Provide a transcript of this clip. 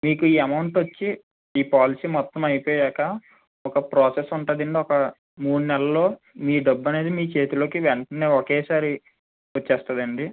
మీకు ఈ అమౌంట్ వచ్చి ఈ పాలసీ మొత్తం అయిపోయాక ఒక ప్రాసెస్ ఉంటుందండి ఒక మూడు నెలల్లో మీ డబ్బు అనేది మీ చేతిలోకి వెంటనే ఒకేసారి వచ్చేస్తుందండి